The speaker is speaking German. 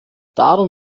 darum